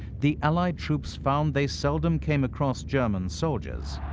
the allied troops found they seldom came across german soldiers,